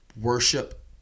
Worship